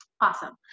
Awesome